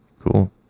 cool